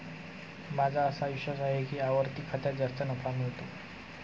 माझा असा विश्वास आहे की आवर्ती खात्यात जास्त नफा मिळतो